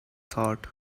thought